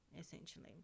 essentially